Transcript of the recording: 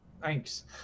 Thanks